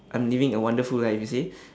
I'm living a wonderful life you see